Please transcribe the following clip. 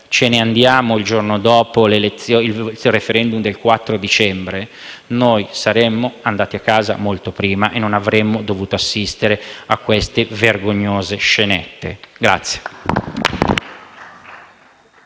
cioè andarsene il giorno dopo il *referendum* del 4 dicembre, noi saremmo andati a casa molto prima e non avremmo dovuto assistere a queste vergognose scenette.